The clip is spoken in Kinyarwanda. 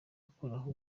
akuraho